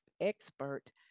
expert